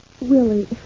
Willie